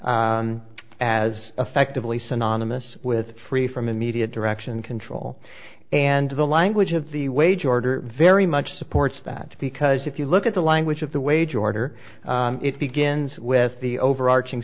as effectively synonymous with free from immediate direction control and the language of the wage order very much supports that because if you look at the language of the wage order it begins with the overarching